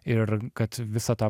ir kad visą tą